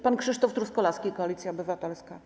Pan Krzysztof Truskolaski, Koalicja Obywatelska.